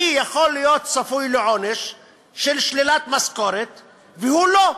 אני יכול להיות צפוי לעונש של שלילת משכורת והוא לא.